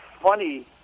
funny